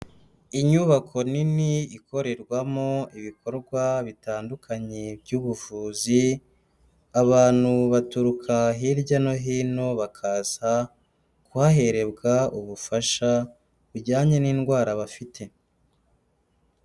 Inyubako nini ikorerwamo ibikorwa bitandukanye by'ubuvuzi, abantu baturuka hirya no hino bakaza kuhaherebwa ubufasha bijyanye n'indwara bafite.